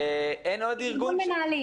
אין עוד ארגון?